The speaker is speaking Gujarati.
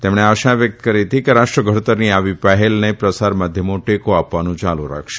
તેમણે આશા વ્યકત કરી હતી કે રાષ્ટ્રઘડતરની આવી પહેલને પ્રસાર માધ્યમો ટેકો આપવાનું યાલુ રાખશે